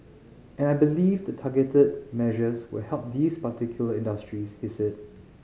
and I believe the targeted measures will help these particular industries he said